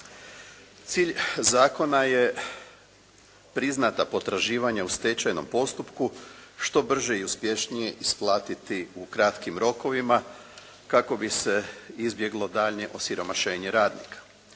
Cilj zakona je priznata potraživanja u stečajnom postupku što brže i uspješnije isplatiti u kratkim rokovima, kako bi se izbjeglo daljnje osiromašenje radnika.